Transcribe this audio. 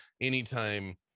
Anytime